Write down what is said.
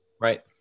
Right